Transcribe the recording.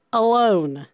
alone